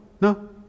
No